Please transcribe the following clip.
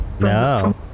No